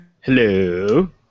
Hello